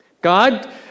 God